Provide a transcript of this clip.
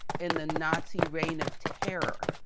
in the nazi reign of terror,